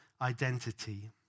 identity